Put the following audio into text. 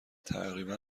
تقریبا